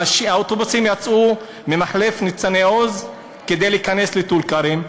האוטובוסים יצאו ממחלף ניצני-עוז כדי להיכנס לטול-כרם,